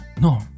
No